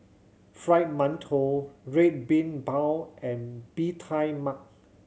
Fried Mantou Red Bean Bao and Bee Tai Mak